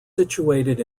situated